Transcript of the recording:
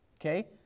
Okay